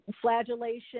flagellation